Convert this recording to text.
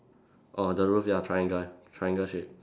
orh the roof ya triangle ah triangle shape